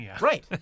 Right